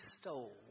stole